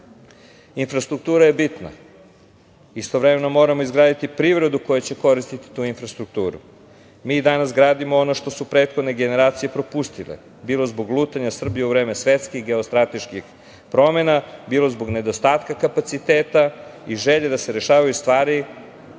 pobeđuje. Infrastruktura je bitna. Istovremeno, moramo izgraditi privredu koja će koristiti tu infrastrukturu. Mi danas gradimo ono što su prethodne generacije propustile, bilo zbog lutanja Srbije u vreme svetskih geostrateških promena, bilo zbog nedostatka kapaciteta i želje da se rešavaju stvari